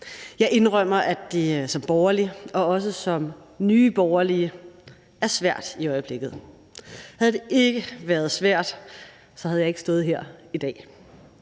Jeg indrømmer, at det som borgerlig og også som Nye Borgerlige er svært i øjeblikket. Havde det ikke været svært, havde jeg ikke stået her i dag.